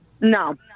No